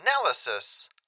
analysis